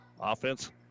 Offense